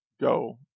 go